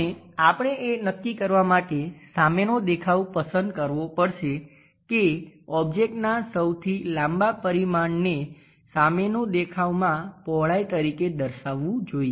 હવે આપણે એ નક્કી કરવા માટે સામેનો દેખાવ પસંદ કરવો પડશે કે ઓબ્જેક્ટના સૌથી લાંબા પરિમાણને સામેનો દેખાવમાં પહોળાઈ તરીકે દર્શાવવું જોઈએ